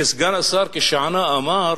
שסגן השר, כשענה, אמר